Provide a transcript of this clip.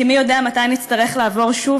כי מי יודע מתי נצטרך לעבור שוב,